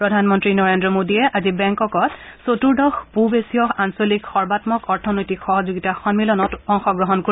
প্ৰধানমন্ত্ৰী নৰেন্দ্ৰ মোডীয়ে আজি বেংককত চতূৰ্দশ পূৱ এছীয় আঞ্চলিক সৰ্বাঘক অৰ্থনৈতিক সহযোগিতা সম্মিলনত অংশগ্ৰহণ কৰিব